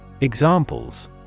Examples